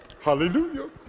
Hallelujah